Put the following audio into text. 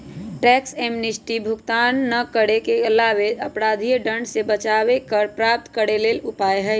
tax amnesty कर भुगतान न करे वलाके अपराधिक दंड से बचाबे कर प्राप्त करेके लेल उपाय हइ